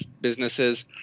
businesses